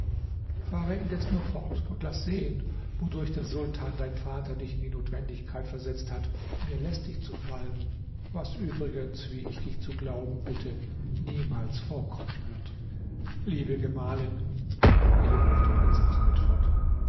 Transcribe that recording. fahre indes nur fort und laß sehen wodurch der sultan dein vater dich in die notwendigkeit versetzt hat mir lästig zu fallen was übrigens wie ich dich zu glauben bitte niemals vorkommen wird liebe gemahlin fuhr hierauf der prinz ahmed fort